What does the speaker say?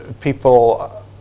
people